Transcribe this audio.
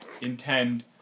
Intend